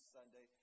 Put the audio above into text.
Sunday